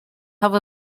have